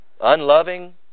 unloving